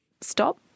stop